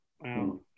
Wow